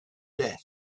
death